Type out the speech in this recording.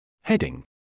Heading